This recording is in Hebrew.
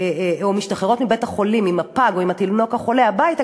שהן משתחררות מבית-החולים עם הפג או עם התינוק החולה הביתה,